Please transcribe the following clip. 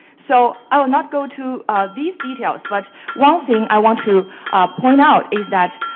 so, i will not go to these details, but one thing i want to point out, is that